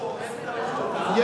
לא,